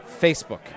Facebook